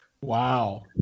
Wow